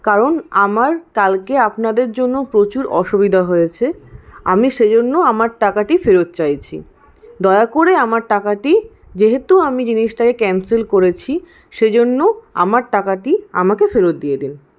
কারণ আমার কালকে আপনাদের জন্য প্রচুর অসুবিধা হয়েছে আমি সেজন্য আমার টাকাটি ফেরত চাইছি দয়া করে আমার টাকাটি যেহেতু আমি জিনিসটাকে ক্যান্সেল করেছি সেইজন্য আমার টাকাটি আমাকে ফেরত দিয়ে দিন